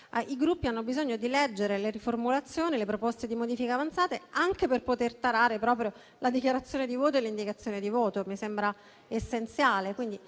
I Gruppi hanno bisogno di leggere i testi delle riformulazioni e delle proposte di modifica avanzate, anche per poter tarare la propria dichiarazione di voto e l'indicazione di voto. Questo mi sembra essenziale